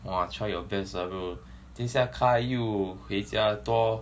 !wah! try your best lah bro 等下 kyle 又回家多